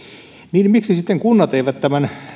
niin miksi sitten kunnat eivät tämän